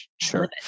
sure